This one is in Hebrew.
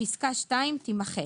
(פסקה (2) תימחק".